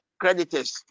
creditors